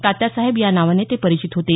तात्यासाहेब या नावाने ते परिचित होते